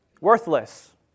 Worthless